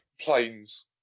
planes